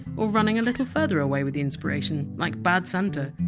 or running a little further away with the inspiration, like bad santa.